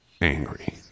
angry